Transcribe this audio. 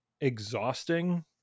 exhausting